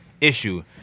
issue